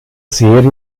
serie